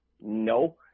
No